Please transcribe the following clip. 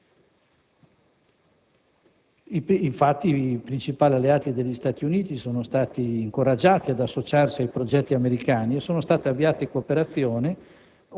Infatti, i principali alleati degli Stati Uniti sono stati incoraggiati ad associarsi ai progetti americani e sono state avviate cooperazioni,